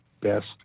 Best